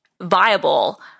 viable